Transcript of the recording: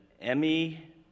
Emmy